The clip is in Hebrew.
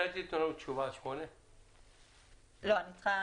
אני ממשיכה